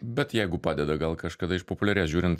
bet jeigu padeda gal kažkada išpopuliarės žiūrint